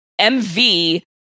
MV